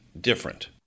different